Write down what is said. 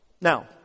Now